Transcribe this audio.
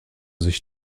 sich